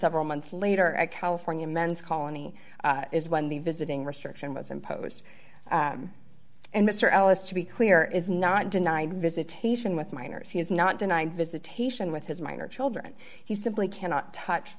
several months later at california men's colony is when the visiting restriction was imposed and mr ellis to be clear is not denied visitation with minors he has not denied visitation with his minor children he simply cannot touch